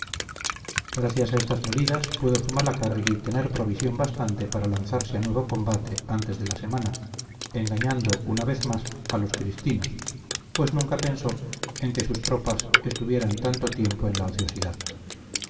gracias a estas medidas pudo zumalacárregui tener provisión bastante para lanzarse a nuevo combate antes de la semana engañando una vez más a los cristinos pues nunca pensó en que sus tropas estuvieran tanto tiempo en la ociosidad